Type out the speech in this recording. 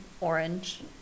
orange